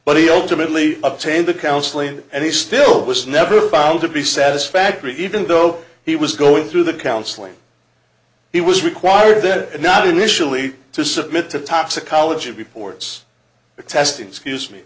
but he ultimately obtained the counseling and he still was never found to be satisfactory even though he was going through the counseling he was required did not initially to submit to toxicology reports